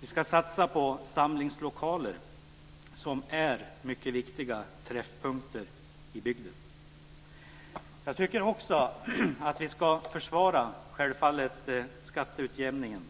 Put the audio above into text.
Vi ska satsa på samlingslokaler, som är mycket viktiga träffpunkter i bygden. Jag tycker självfallet också att vi ska försvara skatteutjämningen,